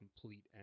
complete